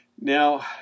Now